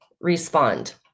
respond